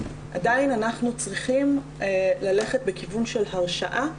עדיין אנחנו צריכים ללכת בכיוון של הרשעה.